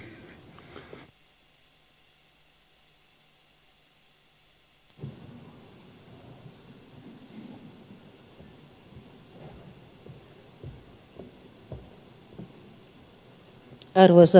arvoisa puhemies